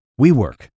WeWork